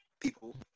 people